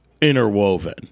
interwoven